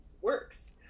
works